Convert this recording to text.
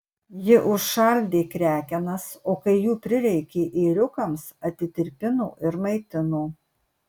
ji užšaldė krekenas o kai jų prireikė ėriukams atitirpino ir maitino